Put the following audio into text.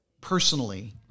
personally